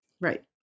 Right